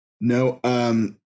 No